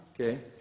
Okay